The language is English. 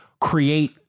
create